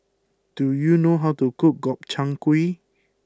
do you know how to cook Gobchang Gui